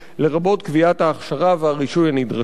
לרבות קביעת ההכשרה והרישוי הנדרשים.